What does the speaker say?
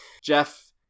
jeff